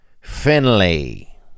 finley